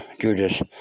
judas